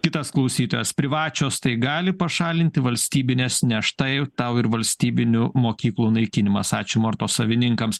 kitas klausytojas privačios tai gali pašalinti valstybinės ne štai tau ir valstybinių mokyklų naikinimas ačiū mortos savininkams